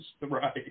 Right